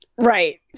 Right